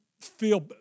feel